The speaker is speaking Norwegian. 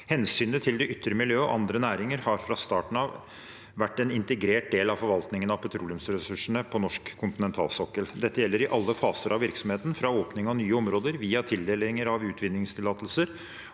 Hensynet til det ytre miljøet og andre næringer har fra starten av vært en integrert del av forvaltningen av petroleumsressursene på norsk kontinentalsokkel. Dette gjelder i alle faser av virksomheten, fra åpning av nye områder, via tildelinger av utvinningstillatelser